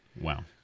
Wow